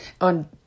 on